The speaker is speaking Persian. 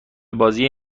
بازی